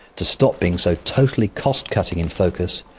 to stop being so totally cost-cutting in focus,